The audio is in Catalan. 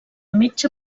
metge